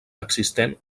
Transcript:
existent